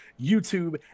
YouTube